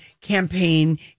campaign